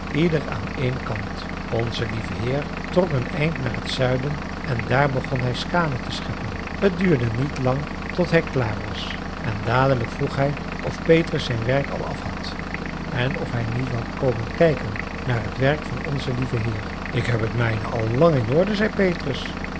ieder aan een kant onze lieve heer trok een eind naar het zuiden en daar begon hij skaane te scheppen t duurde niet lang tot hij klaar was en dadelijk vroeg hij of petrus zijn werk al af had en of hij niet wou komen kijken naar t werk van onzen lieven heer ik heb t mijne al lang in orde zei petrus